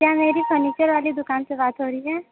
क्या मेरी फर्नीचर वाली दुकान से बात हो रही है